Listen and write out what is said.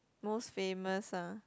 most famous ah